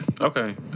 Okay